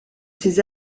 ces